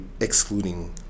excluding